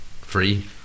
free